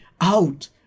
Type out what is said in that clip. out